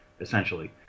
essentially